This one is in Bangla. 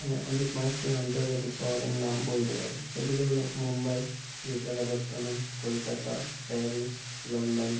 হ্যাঁ আমি পাঁচটি আন্তর্জাতিক শহরের নাম বলতে পারি সেগুলো হলো মুম্বাই বিশাখাপত্তনম কলকাতা প্যারিস লন্ডন